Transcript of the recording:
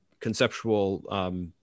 conceptual